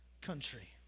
country